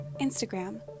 Instagram